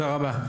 תודה רבה.